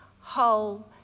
whole